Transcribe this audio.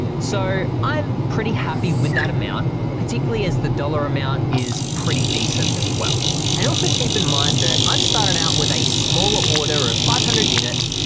so i'm pretty happy with that amount particularly as the dollar amount is pretty decent as well. and also keep in mind that i've started out with a smaller order of five hundred units,